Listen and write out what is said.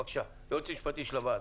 בבקשה, היועץ המשפטי של הוועדה.